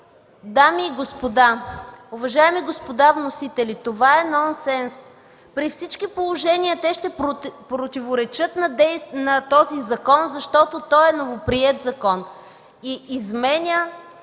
дами и господа, уважаеми господа вносители, това е нонсенс. При всички положения те ще противоречат на този закон, защото той е новоприет закон и изменя